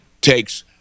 takes